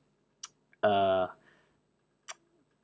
uh